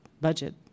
budget